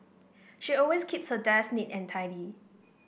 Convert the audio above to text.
she always keeps her desk neat and tidy